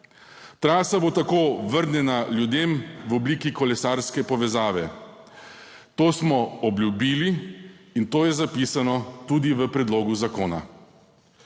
Trasa bo tako vrnjena ljudem v obliki kolesarske povezave. To smo obljubili in to je zapisano tudi v predlogu zakona.